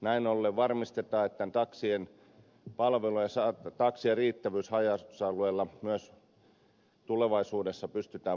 näin ollen taksien palvelut ja taksien riittävyys haja asutusalueilla myös tulevaisuudessa pystytään varmistamaan